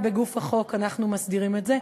בגוף החוק אנחנו מסדירים גם את זה.